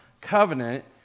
covenant